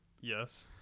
yes